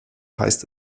heißt